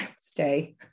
stay